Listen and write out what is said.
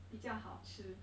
比较好吃